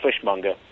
fishmonger